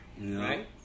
Right